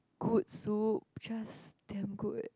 good soup just damn good